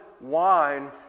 wine